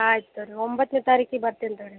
ಆಯ್ತು ತೋರಿ ಒಂಬತ್ತನೆ ತಾರೀಕಿಗೆ ಬರ್ತೆನೆ ತೋರಿ